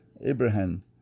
Abraham